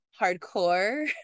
hardcore